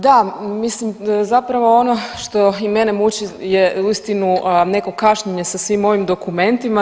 Da, mislim zapravo ono što i mene muči je uistinu neko kašnjenje sa svim ovim dokumentima.